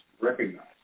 recognize